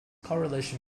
correlation